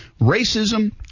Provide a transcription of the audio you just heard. Racism